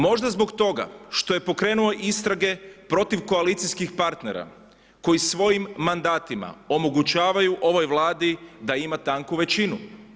Možda zbog toga što je pokrenuo istrage protiv koalicijskih partnera koji svojim mandatima omogućavaju ovoj Vladi da ima tanku većinu.